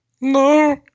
No